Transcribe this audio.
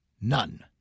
None